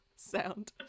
sound